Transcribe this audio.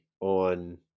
on